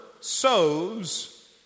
sows